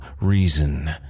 reason